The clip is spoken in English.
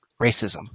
racism